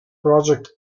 project